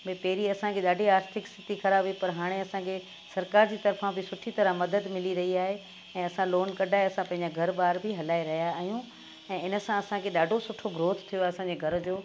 भई पहिरीं असांखे ॾाढी आसथिक स्थिति ख़राबु हुई पर हाणे असांखे सरकार जी तर्फ़ा बि सुठी तरह मदद मिली रही आहे ऐं असां लोन कढाए असां पंहिंजा घर ॿार बि हलाए रहिया आहियूं ऐं इन सां असांखे ॾाढो सुठो ग्रोथ थियो आहे असांजे घर जो